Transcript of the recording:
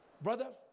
Brother